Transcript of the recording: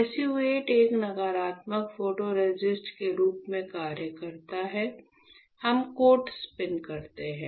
SU 8 एक नकारात्मक photoresist के रूप में कार्य करता है हम कोट स्पिन करते हैं